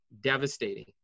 devastating